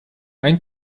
ein